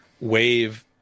wave